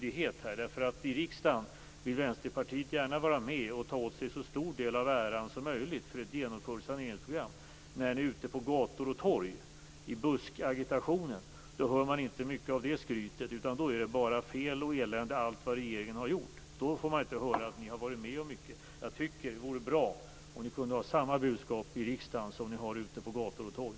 I riksdagen vill Vänsterpartiet vara med och ta åt sig en så stor del av äran som möjligt för ett genomfört saneringsprogram. Men ute på gator och torg, i buskagitationen, hörs inte mycket av det skrytet. Då är det bara fel och elände i allt vad regeringen har gjort. Då har ni inte varit med om mycket. Det vore bra om ni kunde ha samma budskap i riksdagen som på gator och torg.